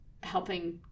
helping